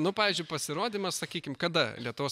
nu pavyzdžiui pasirodymas sakykim kada lietuvos